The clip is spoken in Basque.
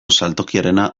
saltokiarena